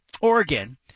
Oregon